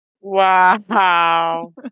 Wow